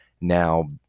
Now